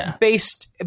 based